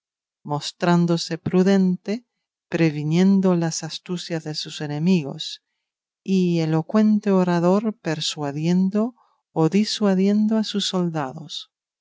mostrándose prudente previniendo las astucias de sus enemigos y elocuente orador persuadiendo o disuadiendo a sus soldados